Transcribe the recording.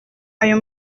ayo